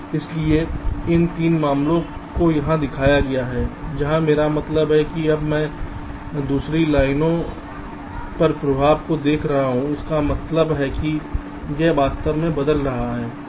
इसलिए इन 3 मामलों को यहां दिखाया गया है जहां मेरा मतलब है कि अब मैं दूसरी लाइन पर प्रभाव को देख रहा हूं इसका मतलब है कि यह वास्तव में बदल रहा है